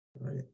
right